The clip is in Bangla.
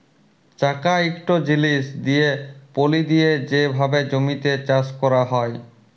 চাকা ইকট জিলিস দিঁয়ে পলি দিঁয়ে যে ভাবে জমিতে চাষ ক্যরা হয়